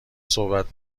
صحبت